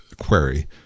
query